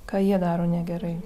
ką jie daro negerai